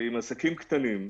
עם עסקים קטנים,